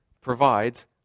provides